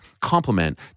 compliment